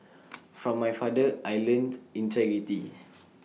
from my father I learnt integrity